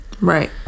right